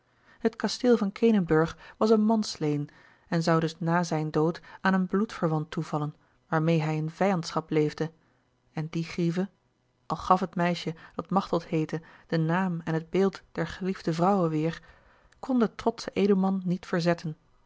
het kasteel van kenenburg was een mansleen en zou dus na zijn dood aan een bloedverwant toevallen waarmeê hij in vijandschap leefde en die grieve al gaf het meisje dat machteld heette den naam en het beeld der geliefde vrouwe weêr kon de trotsche edelman niet verzetten